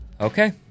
Okay